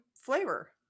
flavor